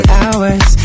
hours